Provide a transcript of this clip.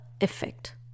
effect